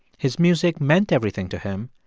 his music meant everything to him,